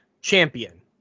champion